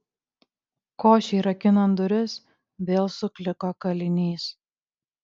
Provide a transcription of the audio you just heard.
košei rakinant duris vėl sukliko kalinys